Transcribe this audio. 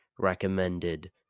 recommended